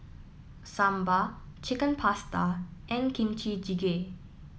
Sambar Chicken Pasta and Kimchi Jjigae